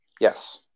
Yes